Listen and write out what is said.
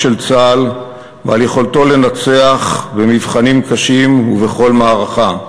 של צה"ל ועל יכולתו לנצח במבחנים קשים ובכל מערכה,